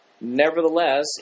Nevertheless